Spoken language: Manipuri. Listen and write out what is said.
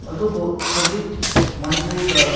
ꯑꯗꯨꯕꯨ ꯍꯧꯖꯤꯛ ꯃꯅꯤꯄꯨꯔꯗ